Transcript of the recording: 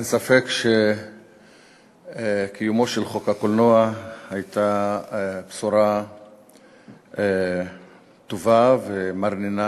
אין ספק שחקיקתו של חוק הקולנוע הייתה בשורה טובה ומרנינה